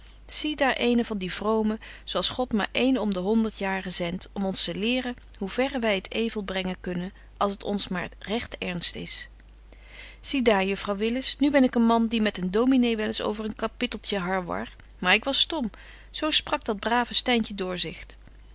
zie daar eene van die vromen zo als god maar een om de honderd jaren zendt om ons te leren hoe verre wy het evel brengen kunnen als het ons maar recht ernst is zie daar juffrouw willis nu ben ik een man die met een dominé wel eens over een kapitteltje harwar maar ik was stom zo sprak dat brave styntje doorzicht